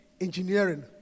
engineering